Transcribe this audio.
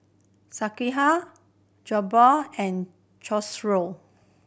Sekihan Jokbal and Chorizo